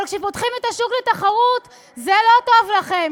אבל כשפותחים את השוק לתחרות זה לא טוב לכם,